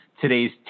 today's